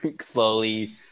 slowly